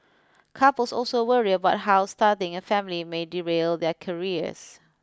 couples also worry about how starting a family may derail their careers